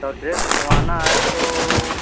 तो ड्रेस सिलवाना है तो